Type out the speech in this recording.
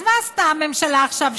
אז מה עשתה הממשלה עכשיו,